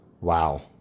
Wow